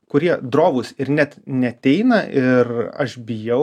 kurie drovūs ir net neateina ir aš bijau gėda jiems jums